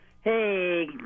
Hey